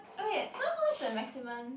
okay so how is the maximum